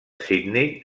sydney